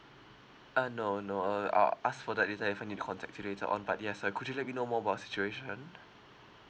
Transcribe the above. uh no no uh I'll ask for that detail if I need to contact you later on but yes uh could you let me know more about situation